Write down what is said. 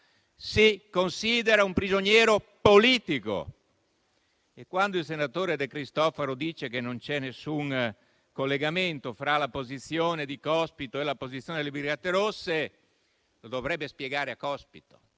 Si considera un prigioniero politico. E quando il senatore De Cristofaro dice che non c'è alcun collegamento fra la posizione di Cospito e quella delle brigate rosse, lo dovrebbe spiegare a Cospito.